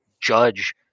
judge